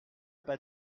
pas